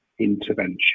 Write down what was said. intervention